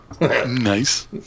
Nice